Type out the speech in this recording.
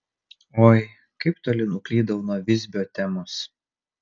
oi kaip toli nuklydau nuo visbio temos